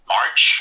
March